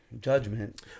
Judgment